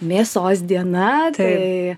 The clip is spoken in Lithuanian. mėsos diena tai